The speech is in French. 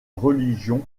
religion